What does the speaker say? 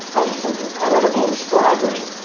also some incredible strivers.